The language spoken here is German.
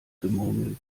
gemurmel